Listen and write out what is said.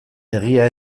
egia